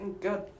Good